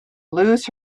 lose